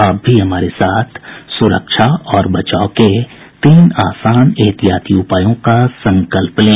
आप भी हमारे साथ सुरक्षा और बचाव के तीन आसान एहतियाती उपायों का संकल्प लें